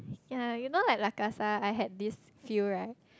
ya you know like La-Casa I had this feel right